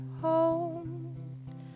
home